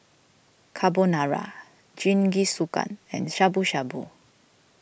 Carbonara Jingisukan and Shabu Shabu